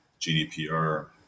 GDPR